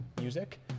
music